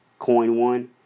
CoinOne